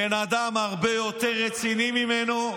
בן אדם הרבה יותר רציני ממנו,